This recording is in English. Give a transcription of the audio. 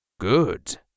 good